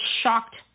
shocked